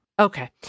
Okay